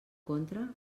contra